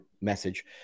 message